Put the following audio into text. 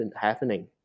happening